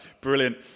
Brilliant